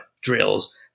drills